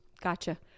Gotcha